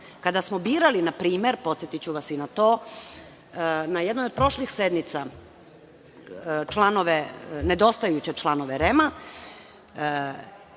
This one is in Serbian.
smo birali, na primer, podsetiću vas i na to, na jednoj od prošlih sednica nedostajuće članove REM-a,